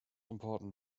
important